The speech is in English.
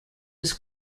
was